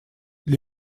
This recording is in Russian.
для